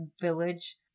village